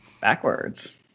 Backwards